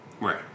Right